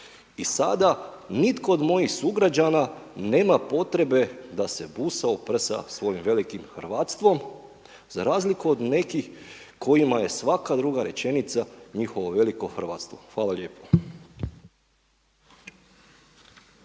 I sada nitko od mojih sugrađana nema potrebe da se busa o prsa svojim velikim hrvatstvom, za razliku od nekih kojima je svaka druga rečenica njihovo veliko hrvatstvo. Hvala lijepo.